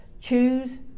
choose